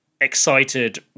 excited